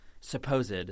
supposed